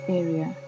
area